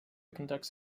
conducts